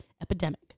epidemic